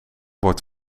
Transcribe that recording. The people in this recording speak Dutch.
wordt